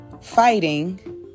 fighting